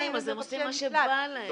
הם עבריינים, אז הם עושים מה שבא להם.